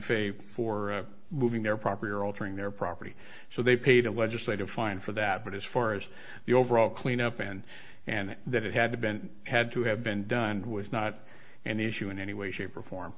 fe for moving their property or altering their property so they paid a legislative fine for that but as far as the overall cleanup and and that it had been had to have been done and was not an issue in any way shape or form